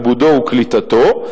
עיבודו וקליטתו.